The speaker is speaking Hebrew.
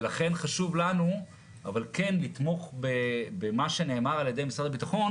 ולכן חשוב לנו לתמוך במה שנאמר על ידי משרד הביטחון